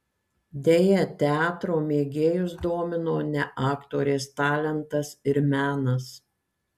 deja teatro mėgėjus domino ne aktorės talentas ir menas